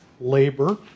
labor